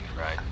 right